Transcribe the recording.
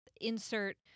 insert